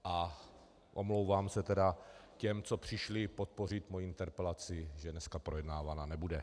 A omlouvám se tedy těm, co přišli podpořit moji interpelaci, že dneska projednávaná nebude.